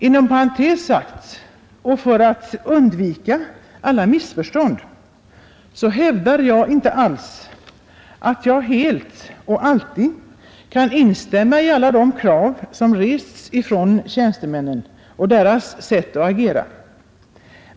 Inom parentes sagt och för att undvika alla missförstånd hävdar jag inte alls att jag helt och alltid kan instämma i alla de krav som rests från tjänstemännen och i deras sätt att agera.